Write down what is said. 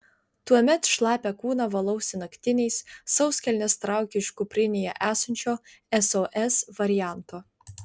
tuomet šlapią kūną valausi naktiniais sauskelnes traukiu iš kuprinėje esančio sos varianto